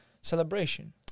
celebration